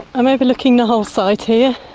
i'm overlooking the whole site here.